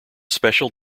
special